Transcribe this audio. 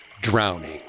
drowning